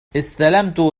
استلمت